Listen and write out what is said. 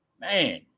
man